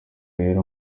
rero